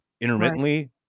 intermittently